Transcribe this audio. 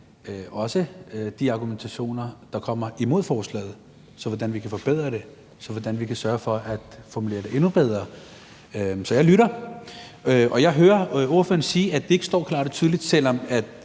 også de argumenter, der kommer imod forslaget, i forhold til hvordan vi kan forbedre det, og i forhold til hvordan vi kan sørge for at formulere det endnu bedre. Så jeg lytter, og jeg hører ordføreren sige, at det ikke står klart og tydeligt, men det